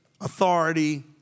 authority